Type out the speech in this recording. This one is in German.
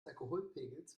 alkoholpegels